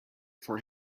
for